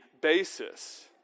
basis